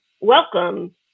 welcome